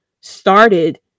started